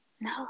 No